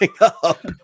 up